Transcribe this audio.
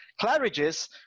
Claridge's